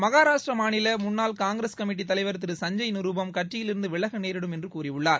மகாராஷ்டிரா மாநில முன்னாள் காங்கிரஸ் கமிட்டித் தலைவர் திரு சஞ்ஜய் நிருப்பம் கட்சியிலிருந்து விலக நேரிடும் என்று கூறியுள்ளார்